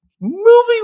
movie